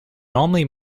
normally